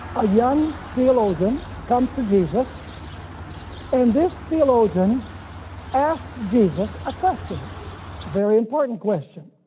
a young theologian comes to jesus and this theologian asked jesus a question, a very important question.